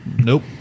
nope